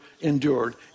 endured